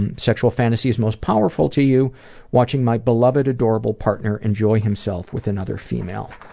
and sexual fantasies most powerful to you watching my beloved adorable partner enjoy himself with another female.